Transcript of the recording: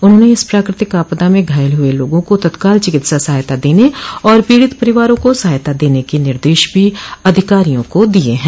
उन्होंने इस प्राकृतिक आपदा में घायल हुए लोगों को तत्काल चिकित्सा सहायता देने और पीड़ित परिवारों को सहायता देने के निर्देश भी अधिकारियों को दिए हैं